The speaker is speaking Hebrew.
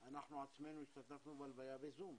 אנחנו עצמנו השתתפנו בלוויה בזום.